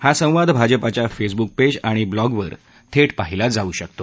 हा संवाद भाजपाच्या फेसबुक पेज आणि ब्लॉगवर थेट पाहिला जाऊ शकतो